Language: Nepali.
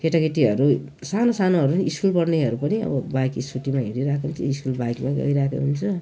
केटाकेटीहरू सानो सानोहरू स्कुल पढ्नेहरू पनि अब बाइक स्कुटीमा हिँडिरहेको हुन्छ स्कुल बाइकमै गइरहेको हुन्छ